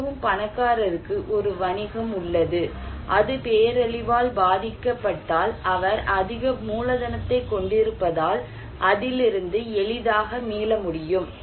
மிகவும் பணக்காரருக்கு ஒரு வணிகம் உள்ளது அது பேரழிவால் பாதிக்கப்பட்டால் அவர் அதிக மூலதனத்தைக் கொண்டிருப்பதால் அதிலிருந்து எளிதாக மீள முடியும்